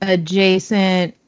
Adjacent